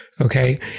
Okay